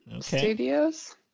studios